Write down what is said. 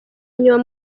nyuma